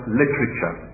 literature